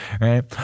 right